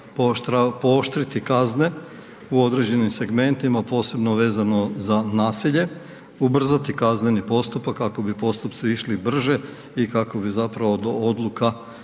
pooštriti kazne u određenim segmentima posebno vezano za nasilje, ubrzati kazneni postupak kako bi postupci išli brže i kako bi zapravo do odluka dolazili